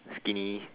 skinny